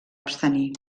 abstenir